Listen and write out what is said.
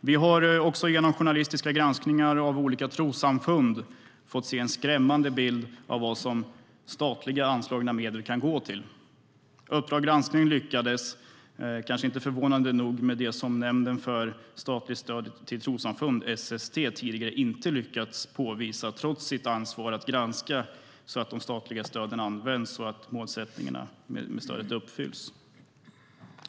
Vi har också genom journalistiska granskningar av olika trossamfund fått se en skrämmande bild av vad statligt anslagna medel kan gå till. Uppdrag granskning lyckades, kanske inte så förvånande, med det som Nämnden för statligt stöd till trossamfund, SST, tidigare inte lyckats påvisa trots sitt ansvar för att granska att det statliga stödet används så att målsättningarna med stödet uppfylls.